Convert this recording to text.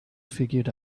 figured